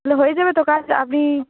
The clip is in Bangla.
হয়ে যাবে তো কাজ আপনি